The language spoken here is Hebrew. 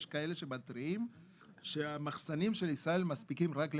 יש כאלה שמתריעים שהמחסנים של ישראל מספיקים רק לחודשיים.